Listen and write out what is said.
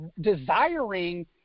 desiring